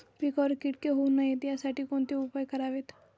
पिकावर किटके होऊ नयेत यासाठी कोणते उपाय करावेत?